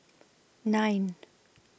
nine